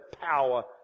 power